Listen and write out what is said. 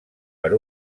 per